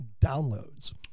downloads